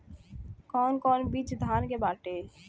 कौन कौन बिज धान के बाटे?